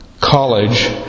College